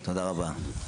תודה רבה.